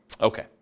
Okay